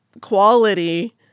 quality